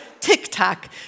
TikTok